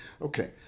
Okay